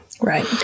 Right